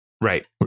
Right